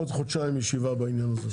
בעוד חודשיים ישיבה בעניין הזה.